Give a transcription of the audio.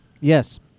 Yes